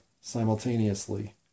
simultaneously